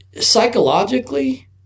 Psychologically